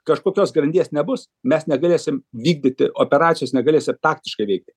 kažkokios grandies nebus mes negalėsim vykdyti operacijos negalėsi ir taktiškai veikti